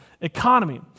economy